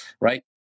right